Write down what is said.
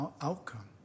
outcome